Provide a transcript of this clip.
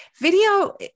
Video